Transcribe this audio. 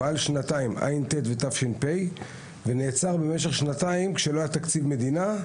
פעל שנתיים ונעצר במשך שנתיים כשלא היה תקציב מדינה,